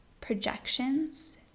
projections